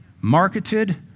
Marketed